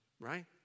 right